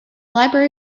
library